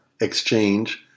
exchange